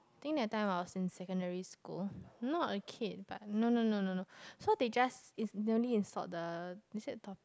think that time I was in secondary school not a kid but no no no no no so they just is they only insult the is it the